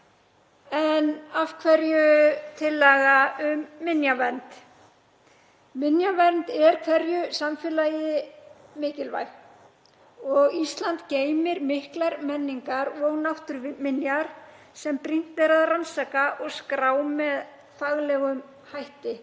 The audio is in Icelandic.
Af hverju tillaga um minjavernd? Minjavernd er hverju samfélagi mikilvæg og Ísland geymir miklar menningar- og náttúruminjar sem brýnt er að rannsaka og skrá með faglegum hætti.